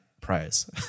prize